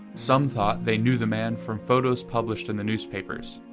some thought they knew the man from photos published in the newspapers,